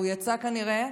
הוא יצא כנראה.